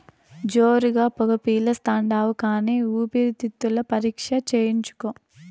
జోరుగా పొగ పిలిస్తాండావు కానీ ఊపిరితిత్తుల పరీక్ష చేయించుకో